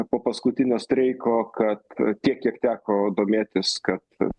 po paskutinio streiko kad tiek kiek teko domėtis kad